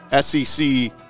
SEC